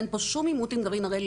אין פה שום עימות עם גרעין הראל,